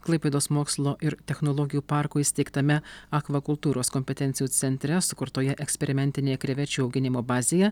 klaipėdos mokslo ir technologijų parko įsteigtame akvakultūros kompetencijų centre sukurtoje eksperimentinėje krevečių auginimo bazėje